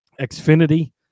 Xfinity